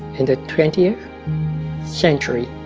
in the twentieth century